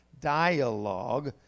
dialogue